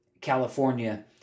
California